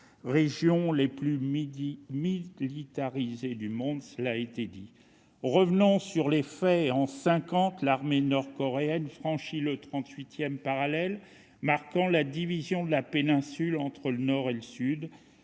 régions les plus militarisées du monde. Revenons sur les faits. Le 25 juin 1950, l'armée nord-coréenne franchit le 38 parallèle marquant la division de la péninsule entre le Nord et le Sud.